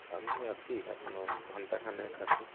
আমি আছি এখনও ঘন্টা খানেক আছি